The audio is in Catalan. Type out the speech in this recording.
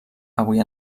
avui